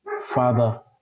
Father